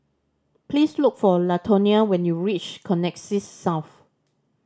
please look for Latonia when you reach Connexis South